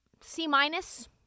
C-minus